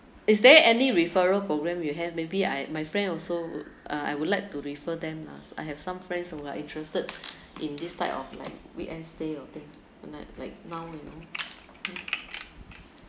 is there any referral program you have maybe I my friend also would uh I would like to refer them lah I have some friends who are interested in this type of like weekend stay of things like like now in